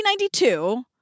1992